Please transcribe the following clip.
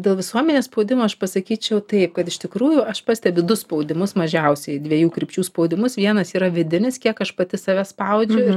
dėl visuomenės spaudimo aš pasakyčiau taip kad iš tikrųjų aš pastebiu du spaudimus mažiausiai dviejų krypčių spaudimus vienas yra vidinis kiek aš pati save spaudžiu ir